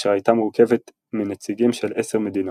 אשר הייתה מורכבת מנציגים של עשר מדינות.